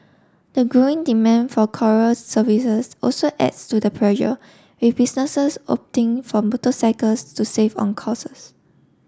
the growing demand for courier services also adds to the pressure with businesses opting for motorcycles to save on costs